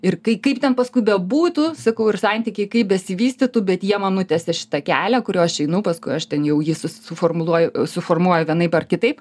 ir kai kaip ten paskui bebūtų sakau ir santykiai kaip besivystytų bet jie man nutiesė šitą kelią kuriuo aš einu paskui aš ten jau jį susi suformuluoju suformuoju vienaip ar kitaip